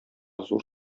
зур